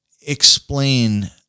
explain